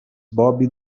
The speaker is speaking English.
bobby